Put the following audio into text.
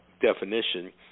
definition